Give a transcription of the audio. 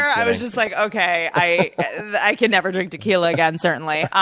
i was just like, okay, i i can never drink tequila again, certainly.